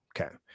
Okay